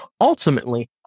ultimately